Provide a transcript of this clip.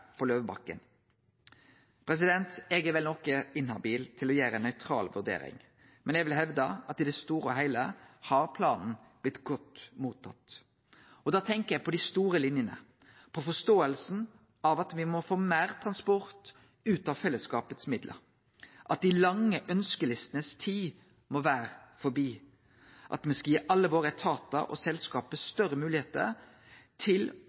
på Løvebakken. Eg er vel noko inhabil når det gjeld å gjere ei nøytral vurdering, men eg vil hevde at i det store og heile har planen vorte godt mottatt. Da tenkjer eg på dei store linjene, på forståinga av at me må få meir transport ut av midlane til fellesskapet, at tida for dei lange ønskelistene må vere forbi, og at me skal gi alle etatane og selskapa våre større moglegheiter til